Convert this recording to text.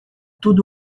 tudo